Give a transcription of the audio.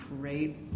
great